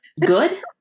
good